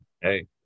Hey